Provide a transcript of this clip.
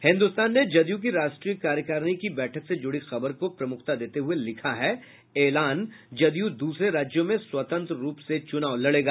हिन्दुस्तान ने जदयू की राष्ट्रीय कार्यकारिणी की बैठक से जुड़ी खबर को प्रमुखता देते हुये लिखा है एलान जदयू दूसरे राज्यों में स्वतंत्र रूप से चुनाव लड़ेगा